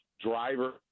driver